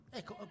ecco